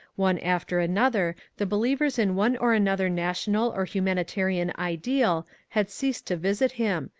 one after another the believ ers in one or another national or humanitarian ideal had ceased to visit him,